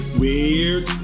weird